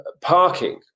parking